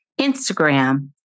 Instagram